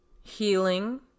healing